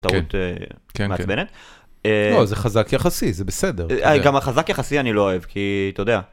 זה טעות מעצבנת. לא. זה חזק יחסי זה בסדר. גם החזק יחסי אני לא אוהב כי אתה יודע.